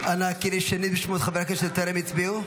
אנא קראי שנית בשמות חברי הכנסת שטרם הצביעו.